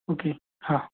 okay હા